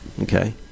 okay